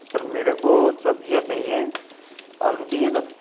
sir मेरे को सब्ज़ियाँ चाहिए आलू चाहिए दस